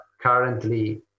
currently